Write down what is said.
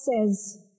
says